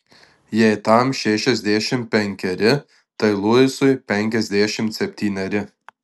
jei tam šešiasdešimt penkeri tai luisui penkiasdešimt septyneri